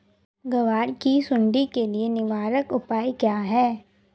ग्वार की सुंडी के लिए निवारक उपाय क्या है?